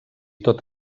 tot